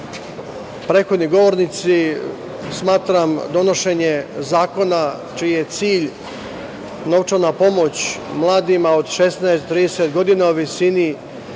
prethodni govornici, smatram donošenje zakona čiji je cilj novčana pomoć mladima od 16 do 30 godina u visini